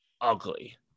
ugly